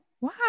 Wow